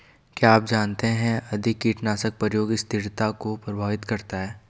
क्या आप जानते है अधिक कीटनाशक प्रयोग स्थिरता को प्रभावित करता है?